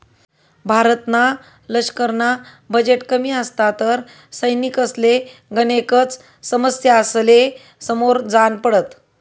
भारतना लशकरना बजेट कमी असता तर सैनिकसले गनेकच समस्यासले समोर जान पडत